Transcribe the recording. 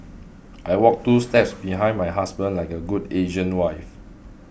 I walk two steps behind my husband like a good Asian wife